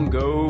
go